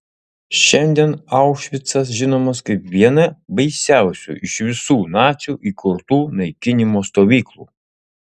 šiandien aušvicas žinomas kaip viena baisiausių iš visų nacių įkurtų naikinimo stovyklų